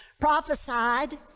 prophesied